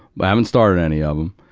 but i haven't started any of em.